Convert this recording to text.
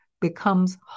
becomes